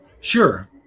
Sure